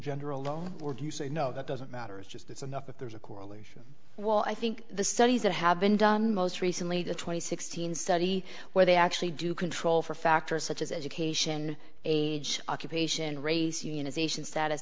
gender alone or do you say no that doesn't matter it's just it's enough that there's a correlation well i think the studies that have been done most recently the twenty sixteen study where they actually do control for factors such as education age occupation race unionization stat